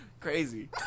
crazy